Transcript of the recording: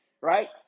right